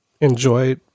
enjoy